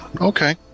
Okay